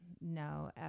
No